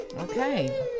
Okay